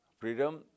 freedom